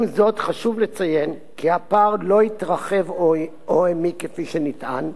עם זאת חשוב לציין כי הפער לא התרחב או העמיק כפי שנטען.